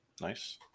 Nice